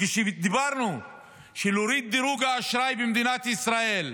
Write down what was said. כשאמרנו שלהוריד את דירוג האשראי במדינת ישראל,